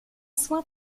soin